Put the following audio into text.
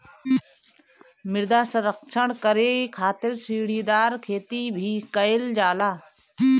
मृदा संरक्षण करे खातिर सीढ़ीदार खेती भी कईल जाला